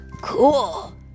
Cool